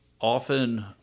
often